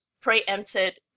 preempted